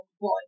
boy